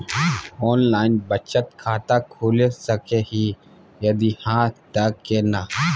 Online बचत खाता खुलै सकै इ, यदि हाँ त केना?